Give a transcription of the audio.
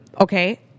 Okay